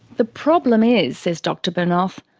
the problem is, says dr bernoth,